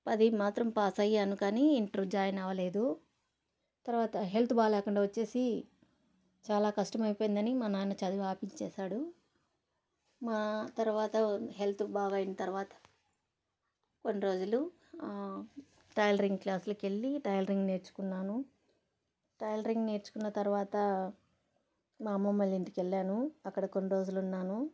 పది మాత్రం పాసయ్యాను కానీ ఇంటర్ జాయిన్ అవ్వలేదు తర్వాత హెల్త్ బాగా లేకుండా వచ్చేసి చాలా కష్టమైపోయిందని మా నాన్న చదువు ఆపించ్చేశాడు మా తరువాత హెల్త్ బాగా అయిన తర్వాత కొన్ని రోజులు టైలరింగ్ క్లాస్లకి వెళ్లి టైలరింగ్ నేర్చుకున్నాను టైలరింగ్ నేర్చుకున్న తర్వాత మా అమ్మమ్మ వాళ్ళ ఇంటికి వెళ్లాను అక్కడ కొన్ని రోజులు ఉన్నాను